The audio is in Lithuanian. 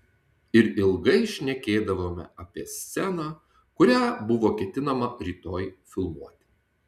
ir ilgai šnekėdavome apie sceną kurią buvo ketinama rytoj filmuoti